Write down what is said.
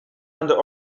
under